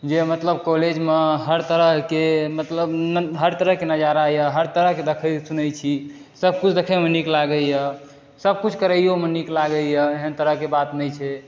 जे मतलब कॉलेज मे हर तरहके मतलब हर तरहके नजारा यऽ हर तरहके देखै सुनै छी सब कुछ देखैमे नीक लागैए सब कुछ करैयोमे नीक लागैए एहन तरहके बात नै छै